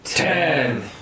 Ten